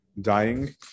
dying